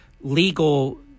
legal